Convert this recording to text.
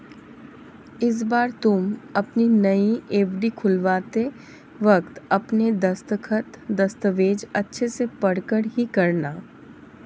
इस बार तुम अपनी नई एफ.डी खुलवाते वक्त अपने दस्तखत, दस्तावेज़ अच्छे से पढ़कर ही करना